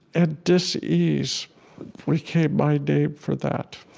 and dis ease became my name for that,